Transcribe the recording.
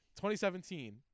2017